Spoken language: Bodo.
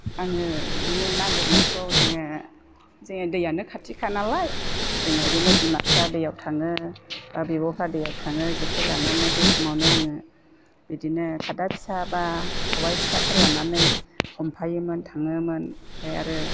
आङो बिदिनो ना गुरनायखौ जोङो जोङो दैयानो खाथिखानालाय जोङो ओरैनो बिमा बिफा दैयाव थाङो बिब'फ्रा दैयाव थाङो जेखाइ लानानै बे समावनो आङो बिदिनो खादा फिसा एबा खबाइ फिसाफोर लानानै हमफायोमोन थाङोमोन ओमफाय आरो